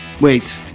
Wait